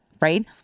right